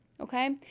Okay